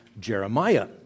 Jeremiah